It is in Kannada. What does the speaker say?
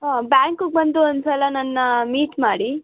ಹಾಂ ಬ್ಯಾಂಕ್ಗೆ ಬಂದು ಒಂದು ಸಲ ನನ್ನ ಮೀಟ್ ಮಾಡಿ